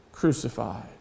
crucified